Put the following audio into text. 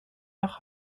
nach